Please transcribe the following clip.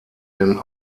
denn